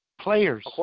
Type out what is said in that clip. players